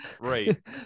right